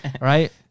Right